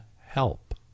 help